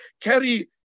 carry